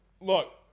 Look